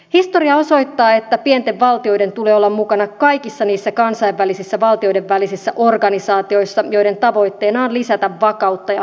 historia osoittaa että pienten valtioiden tulee olla mukana kaikissa niissä kansainvälisissä valtioiden välisissä organisaatioissa joiden tavoitteena on lisätä vakautta ja hyvinvointia